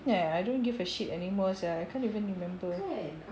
ya I don't give a shit anymore sia I can't even remember